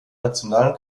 nationalen